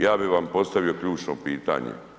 Ja bi vam postavio ključno pitanje.